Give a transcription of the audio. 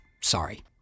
sorry